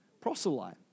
proselyte